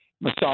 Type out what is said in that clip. massage